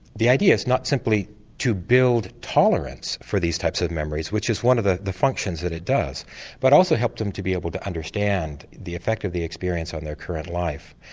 the idea is not simply to build tolerance for these types of memories which is one of the the functions that it does but also help them to be able to understand the effect of the experience on their current life.